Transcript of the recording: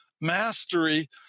mastery